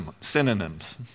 synonyms